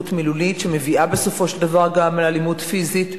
שמביאה בסופו של דבר גם לאלימות פיזית,